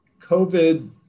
COVID